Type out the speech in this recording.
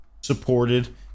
supported